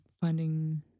finding